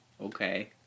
okay